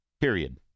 period